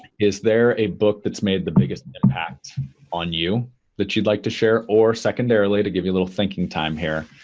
is there a book that's made the biggest impact on you that you'd like to share or secondarily, to give you a little thinking time here,